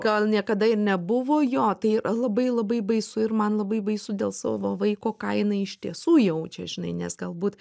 gal niekada ir nebuvo jo tai yra labai labai baisu ir man labai baisu dėl savo vaiko ką jinai iš tiesų jaučia žinai nes galbūt